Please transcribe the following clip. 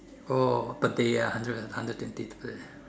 oh birthday ah hundred hundred and twenty dollar